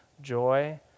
joy